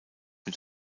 mit